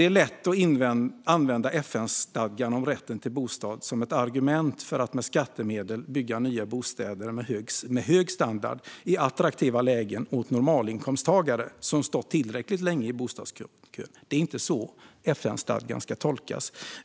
Det är lätt att använda FN-stadgan om rätten till bostad som ett argument för att med skattemedel bygga nya bostäder med hög standard i attraktiva lägen åt normalinkomsttagare som stått tillräckligt länge i bostadskön. Det är inte så FN-stadgan ska tolkas.